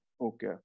okay